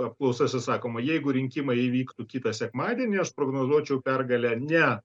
apklausose sakoma jeigu rinkimai įvyktų kitą sekmadienį aš prognozuočiau pergalę ne